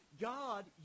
God